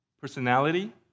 personality